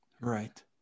right